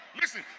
Listen